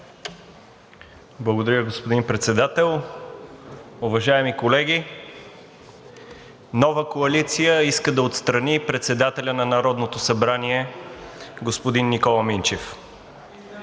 Благодаря, господин Председател. Уважаеми колеги! Нова коалиция иска да отстрани председателя на Народното събрание – господин Никола Минчев.